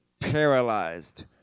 paralyzed